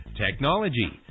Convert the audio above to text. technology